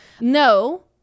No